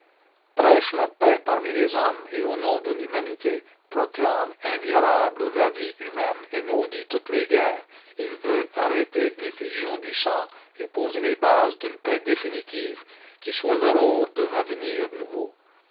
prêche la paix parmi les hommes et au nom de l'humanité proclame inviolable la vie humaine et maudit toutes les guerres il veut arrêter l'effusion du sang et poser les bases d'une paix définitive qui soit l'aurore d'un avenir nouveau